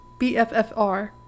bffr